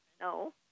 No